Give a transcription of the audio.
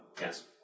Yes